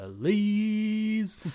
Please